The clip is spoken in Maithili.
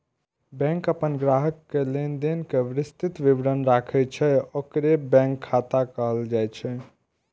बैंक अपन ग्राहक के लेनदेन के विस्तृत विवरण राखै छै, ओकरे बैंक खाता कहल जाइ छै